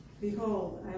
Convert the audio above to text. behold